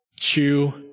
chew